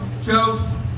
jokes